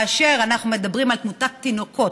כאשר אנחנו מדברים על תמותת תינוקות,